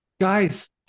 Guys